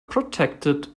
protected